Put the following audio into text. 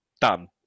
done